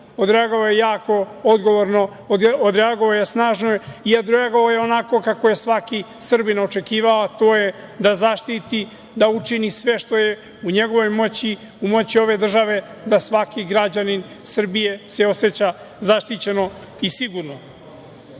Odreagovao je jako odgovorno, odreagovao je snažno i odreagovao je onako kako je svaki Srbin očekivao, a to je da zaštiti, da učini sve što je u njegovoj moći, u moći ove države da svaki građanin Srbije se oseća zaštićeno i